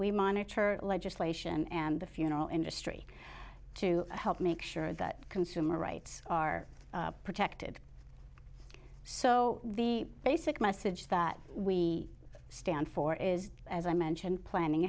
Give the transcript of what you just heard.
we monitor legislation and the funeral industry to help make sure that consumer rights are protected so the basic message that we stand for is as i mentioned planning